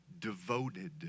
devoted